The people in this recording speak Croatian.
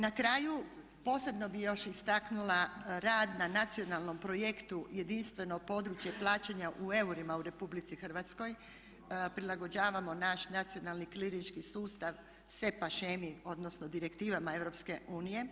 Na kraju posebno bi još istaknula rad na nacionalnom projektu jedinstveno područje plaćanja u eurima u RH prilagođavamo naš nacionalni krilinški sustav … odnosno direktivama EU.